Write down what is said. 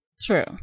true